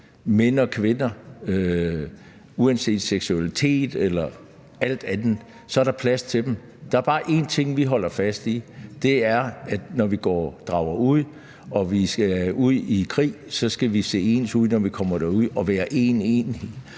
mænd og kvinder; uanset seksualitet eller alt muligt andet, er der plads til dem. Der er bare én ting, som vi holder fast i, og det er, at man, når man drager ud og skal ud i krig, så skal se ens ud, når man kommer derud, og være én